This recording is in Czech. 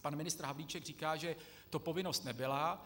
Pan ministr Havlíček říká, že to povinnost nebyla.